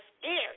scary